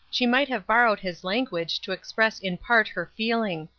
she might have borrowed his language to express in part her feeling.